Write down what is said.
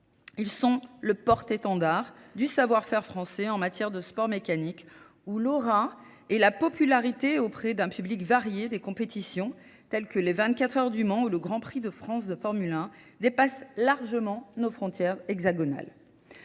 Ils sont le porte-étendard du savoir-faire français en matière de sport mécanique, où l'aura et la popularité auprès d'un public varié des compétitions, tels que les 24 heures du Mans ou le Grand Prix de France de Formule 1, dépassent largement nos frontières hexagonales.